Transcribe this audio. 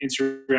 Instagram